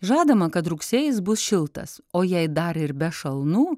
žadama kad rugsėjis bus šiltas o jei dar ir be šalnų